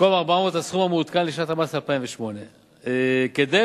הסכום המעודכן לשנת המס 2008. כדי